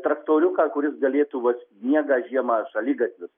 traktoriuką kuris galėtų vat sniegą žiemą šaligatvius